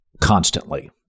constantly